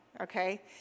okay